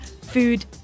food